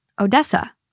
Odessa